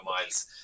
miles